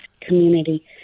community